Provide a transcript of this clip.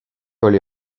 oli